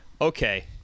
okay